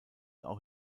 auch